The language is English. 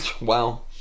Wow